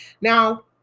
Now